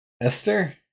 Esther